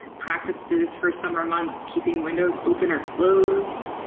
practices for summer months? keeping windows open or closed?